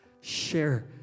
Share